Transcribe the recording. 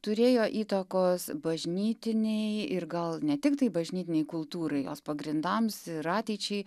turėjo įtakos bažnytinei ir gal ne tiktai bažnytinei kultūrai jos pagrindams ir ateičiai